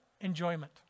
enjoyment